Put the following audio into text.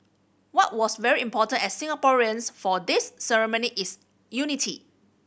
what was very important as Singaporeans for this ceremony is unity